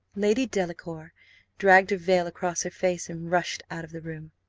lady delacour dragged her veil across her face, and rushed out of the room.